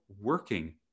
working